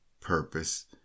purpose